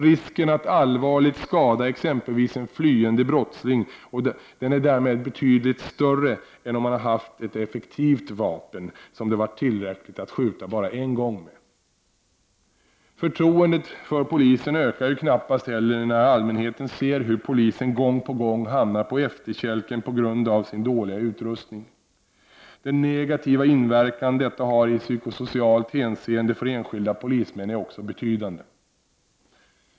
Risken att allvarligt skada exempelvis en flyende brottsling är därmed betydligt större än om man haft ett effektivt vapen, som det varit tillräckligt att skjuta bara en gång med. Förtroendet för polisen ökar ju knappast heller när allmänheten ser hur polisen gång på gång hamnar på efterkälken på grund av sin dåliga utrustning. Den negativa inverkan detta har i psykosocialt hänseende för enskilda polismän är också betydande.